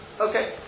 Okay